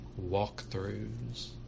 walkthroughs